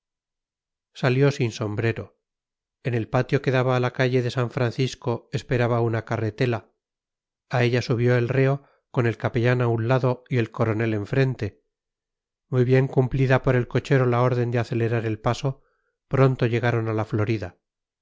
salió sin sombrero en el patio que daba a la calle de san francisco esperaba una carretela a ella subió el reo con el capellán a un lado y el coronel enfrente muy bien cumplida por el cochero la orden de acelerar el paso pronto llegaron a la florida